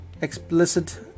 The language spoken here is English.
explicit